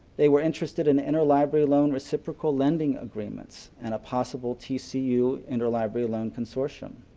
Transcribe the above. they were interested in inner library loan reciprocal lending agreements and a possible tcu inner library loan consortium.